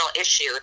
issue